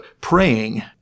praying